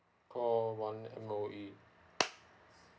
call one M_O_E